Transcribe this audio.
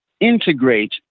integrate